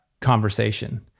conversation